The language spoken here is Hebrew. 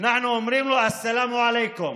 אנחנו אומרים לו: א-סלאם עליכום.